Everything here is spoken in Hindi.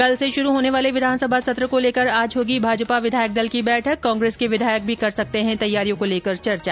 कल से शुरू होने वाले विधानसभा सत्र को लेकर आज होगी भाजपा विधायक दल की बैठक कांग्रेस के विधायक भी कर सकते है तैयारियों को लेकर चर्चा